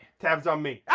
tabs on me.